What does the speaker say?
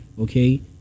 okay